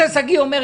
זה לא היה ככה בעבר,